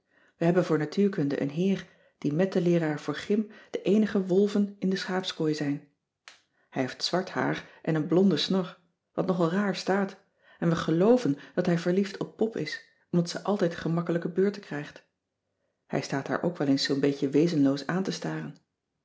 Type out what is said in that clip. we hebben voor natuurkunde een heer die mèt den leeraar voor gym de eenige wolven in de schaapskooi zijn hij heeft zwart haar en een blonde snor wat nogal raar staat en we geloven dat hij verliefd op pop is omdat zij altijd gemakkelijke beurten krijgt hij staat haar ook wel eens zoo'n beetje wezenloos aan te staren